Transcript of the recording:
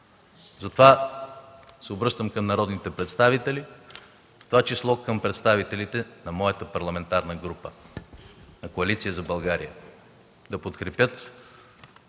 Затова се обръщам към народните представители, в това число и към представителите на моята парламентарна група – на Коалиция за България,